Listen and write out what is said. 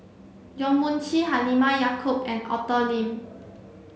Yong Mun Chee Halimah Yacob and Arthur Lim